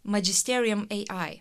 magisterium ai